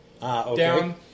down